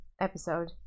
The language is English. episode